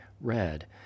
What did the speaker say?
red